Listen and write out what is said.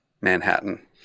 Manhattan